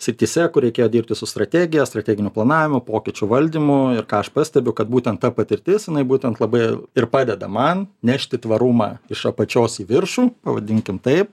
srityse kur reikėjo dirbti su strategija strateginiu planavimu pokyčių valdymu ir ką aš pastebiu kad būtent ta patirtis jinai būtent labai ir padeda man nešti tvarumą iš apačios į viršų pavadinkim taip